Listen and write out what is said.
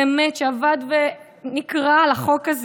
שבאמת עבד ונקרע על החוק,